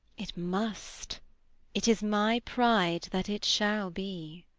it must it is my pride that it shall be.